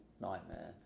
nightmare